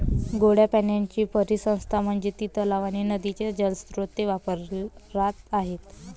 गोड्या पाण्याची परिसंस्था म्हणजे ती तलाव आणि नदीचे जलस्रोत जे वापरात आहेत